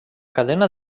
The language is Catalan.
cadena